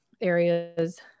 areas